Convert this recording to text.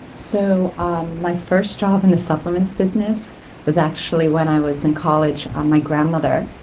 so um my first job in the supplements business was actually when i was in college on my grandmother.